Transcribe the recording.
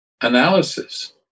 analysis